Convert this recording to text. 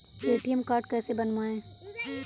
ATM card कैसे बनवाएँ?